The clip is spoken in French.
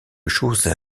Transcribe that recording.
chose